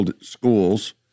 schools